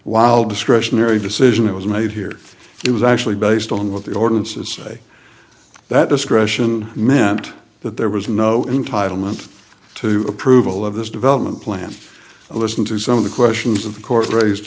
wild discretionary decision it was made here it was actually based on what the ordinances say that discretion meant that there was no in title meant to approval of this development plan a listen to some of the questions of course raised